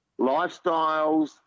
lifestyles